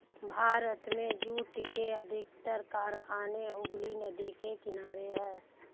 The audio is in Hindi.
भारत में जूट के अधिकतर कारखाने हुगली नदी के किनारे हैं